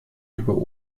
über